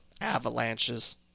avalanches